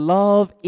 love